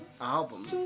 album